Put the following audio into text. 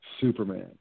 Superman